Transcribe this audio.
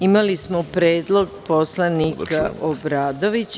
Imali smo predlog poslanika Obradovića.